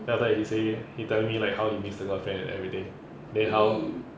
then after that he say he telling me like how he miss the girlfriend and everything then how